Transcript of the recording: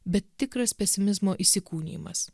bet tikras pesimizmo įsikūnijimas